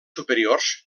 superiors